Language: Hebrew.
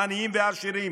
עניים ועשירים,